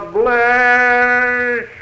bless